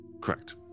Correct